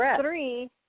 three